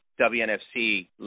WNFC